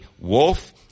wolf